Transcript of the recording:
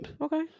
Okay